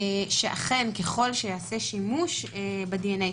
שאכן ככל שייעשה שימוש בדנ"א,